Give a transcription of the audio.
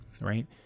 Right